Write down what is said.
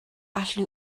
allan